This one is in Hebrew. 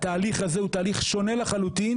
התהליך הזה הוא תהליך שונה לחלוטין